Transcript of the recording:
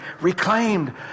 reclaimed